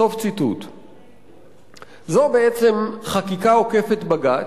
זו בעצם חקיקה עוקפת-בג"ץ,